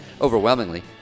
overwhelmingly